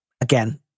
again